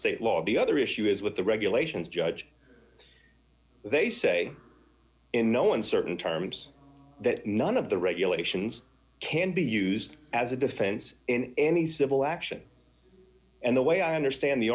state law the other issue is with the regulations judge they say in no uncertain terms that none of the regulations can be used as a defense in any civil action and the way i understand the